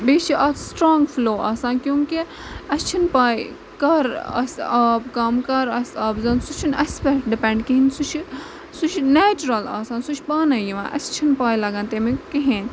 بیٚیہِ چھُ اَتھ سٔٹرانگ فٔلو آسان کیوں کہِ اَسہِ چھِنہٕ پاے کر آسہِ آب کم کر آسہِ آب زیادٕ سُہ چھُنہٕ اَسہِ پٮ۪ٹھ ڈِپینڈ کِہینۍ سُہ چھُ سُہ چھُ نیچرل آسان سُہ چھُ پانے یِوان اَسہِ چھنہٕ پاے لگان تَمیُک کِہینۍ